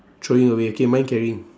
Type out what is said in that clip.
throwing away K mine carrying